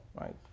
right